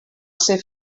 ser